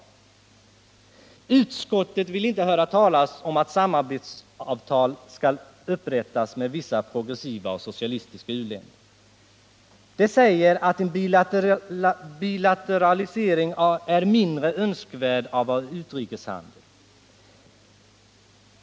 Utskottet vill inte höra talas om att samarbetsavtal skall upprättas med vissa progressiva och socialistiska u-länder. Det säger att en bilateralisering av vår utrikeshandel är mindre önskvärd.